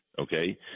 okay